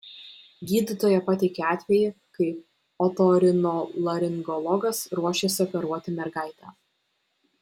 gydytoja pateikė atvejį kai otorinolaringologas ruošėsi operuoti mergaitę